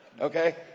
Okay